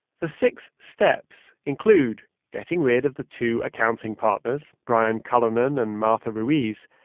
the six steps include getting rid of the two accounting partners, brian cullinan and martha ruiz,